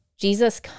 Jesus